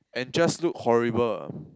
and just look horrible